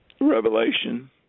Revelation